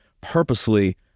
purposely